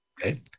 Okay